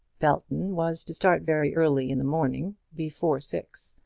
belton was to start very early in the morning before six,